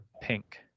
pink